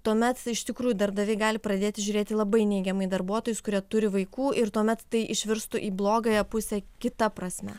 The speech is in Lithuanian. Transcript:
tuomet iš tikrųjų darbdaviai gali pradėti žiūrėti labai neigiamai į darbuotojus kurie turi vaikų ir tuomet tai išvirstų į blogąją pusę kita prasme